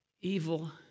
Evil